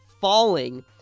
falling